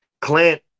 Clint